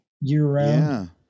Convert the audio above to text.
year-round